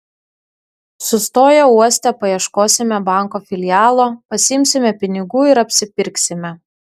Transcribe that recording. sustoję uoste paieškosime banko filialo pasiimsime pinigų ir apsipirksime